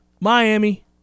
Miami